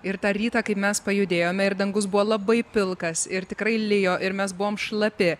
ir tą rytą kai mes pajudėjome ir dangus buvo labai pilkas ir tikrai lijo ir mes buvom šlapi